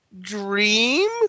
Dream